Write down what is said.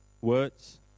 words